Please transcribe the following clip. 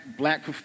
Black